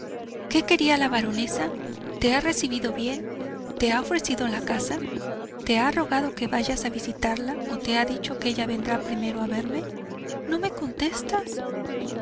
qué quería la baronesa te ha recibido bien te ha ofrecido la casa te ha rogado que vaya a visitarla o te ha dicho que ella vendrá primero a verme no me contestas